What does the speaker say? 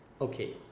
okay